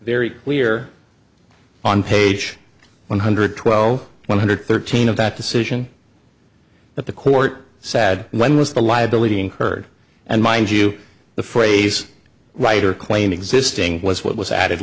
very clear on page one hundred twelve one hundred thirteen of that decision that the court sad when was the liability incurred and mind you the phrase right or claim existing was what was added